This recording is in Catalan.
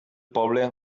poble